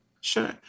Sure